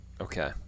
Okay